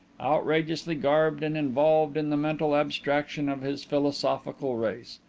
outrageously garbed and involved in the mental abstraction of his philosophical race.